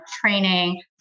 training